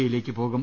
ഇയിലേക്ക് പോകും